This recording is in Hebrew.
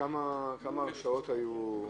כמה הרשעות היו?